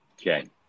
Okay